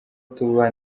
tuba